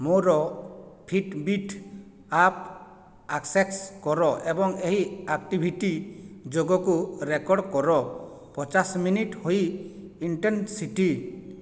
ମୋର Fitbit app access କର ଏବଂ ଏହି ଆକ୍ଟିଭିଟି ଯୋଗକୁ ରେକର୍ଡ଼ କର ପଚାଶ ମିନିଟ୍ ହୋଇ ଇଣ୍ଟେନ୍ସିଟି